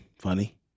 funny